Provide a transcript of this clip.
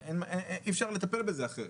אי אפשר לטפל בזה אחרת.